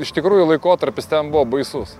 iš tikrųjų laikotarpis ten buvo baisus